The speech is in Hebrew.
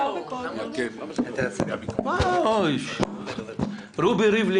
למה הוא יושב פה?